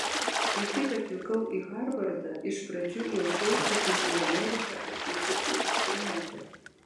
kai tik atvykau į harvardą iš pradžių jaučiausi kaip į ameriką atvykusi užsienietė